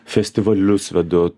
festivalius vedu